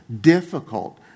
difficult